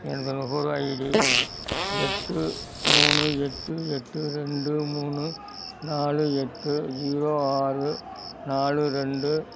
எனது நுகர்வோர் ஐடி எட்டு மூணு எட்டு எட்டு ரெண்டு மூணு நாலு எட்டு ஜீரோ ஆறு நாலு ரெண்டு